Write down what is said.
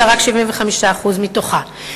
אלא רק 75% מתוכה.